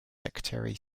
secretary